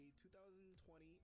2020